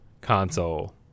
console